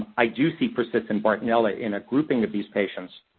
i do see persistent bartonella in a grouping of these patients,